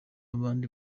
abandi